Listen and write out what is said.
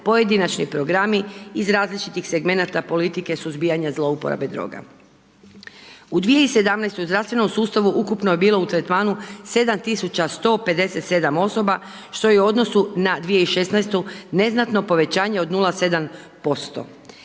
pojedinačni programi iz različitih segmenata politike suzbijanja zlouporabe droga. U 2017. u zdravstvenom sustavu ukupno je bilo u tretmanu 7.157 osoba što je u odnosu na 2016. neznatno povećanje od 0,7%,